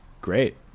great